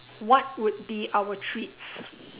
what would be our treats